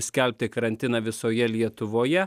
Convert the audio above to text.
skelbti karantiną visoje lietuvoje